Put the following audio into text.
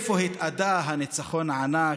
לאיפה התאדה הניצחון הענק?